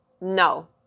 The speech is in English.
No